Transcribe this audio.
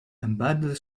embedded